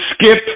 skip